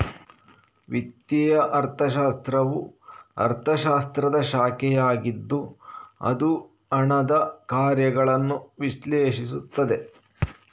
ವಿತ್ತೀಯ ಅರ್ಥಶಾಸ್ತ್ರವು ಅರ್ಥಶಾಸ್ತ್ರದ ಶಾಖೆಯಾಗಿದ್ದು ಅದು ಹಣದ ಕಾರ್ಯಗಳನ್ನು ವಿಶ್ಲೇಷಿಸುತ್ತದೆ